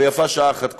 ויפה שעה אחת קודם.